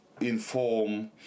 inform